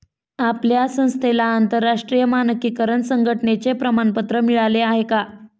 आपल्या संस्थेला आंतरराष्ट्रीय मानकीकरण संघटने चे प्रमाणपत्र मिळाले आहे का?